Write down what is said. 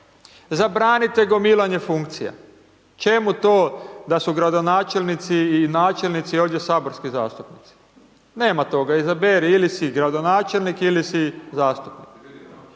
Zabranite gomilanje funkcija, čemu to da su gradonačelnici i načelnici ovdje saborski zastupnici, nema toga, izaberi ili si gradonačelnik ili si zastupnik.